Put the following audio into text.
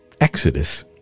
Exodus